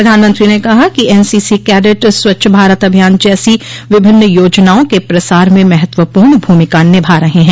प्रधानमंत्री ने कहा कि एनसीसी कैडेट स्वच्छ भारत अभियान जैसी विभिन्न योजनाओं के प्रसार में महत्वपूर्ण भूमिका निभा रहे हैं